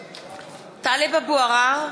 (קוראת בשמות חברי הכנסת) טלב אבו עראר,